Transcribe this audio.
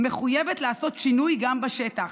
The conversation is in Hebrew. מחויבת לעשות שינוי גם בשטח,